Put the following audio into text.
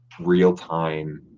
real-time